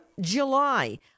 July